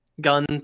gun